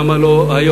למה לא היום.